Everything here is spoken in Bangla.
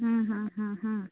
হুম হুম হুম হুম